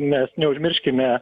mes neužmirškime